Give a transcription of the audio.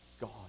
God